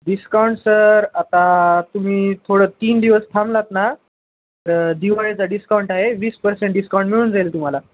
discount sir आता तुम्ही थोडं तीन दिवस थांबलात ना तर दिवाळीचा डिस्काउंट आहे वीस परसेंट डिस्काउंट मिळून जाईल तुम्हाला